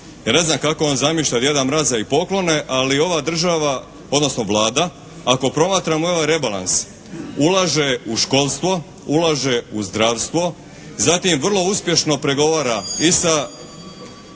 ne znam kako on zamišlja djeda mraza i poklone, ali ova država odnosno Vlada ako promatramo ovaj rebalans ulaže u školstvo, ulaže u zdravstvo. Zatim, vrlo uspješno pregovara i sa